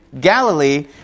Galilee